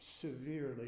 severely